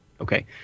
okay